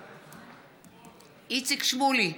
בעד איציק שמולי,